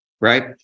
Right